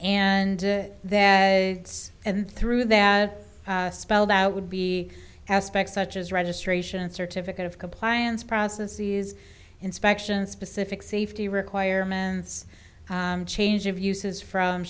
and that and through that spelled out would be aspects such as registration certificate of compliance process these inspections specific safety requirements change of uses from